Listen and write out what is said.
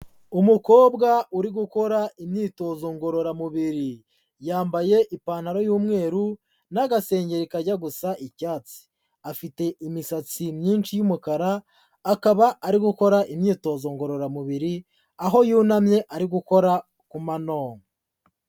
Umukobwa uri gukora imyitozo ngororamubiri, yambaye ipantaro y'umweru n'agasengeri kajya gusa icyatsi, afite imisatsi myinshi y'umukara akaba ari gukora imyitozo ngororamubiri aho yunamye ari gukora kumano.